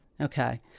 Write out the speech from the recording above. Okay